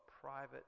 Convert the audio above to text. private